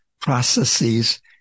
processes